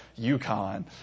UConn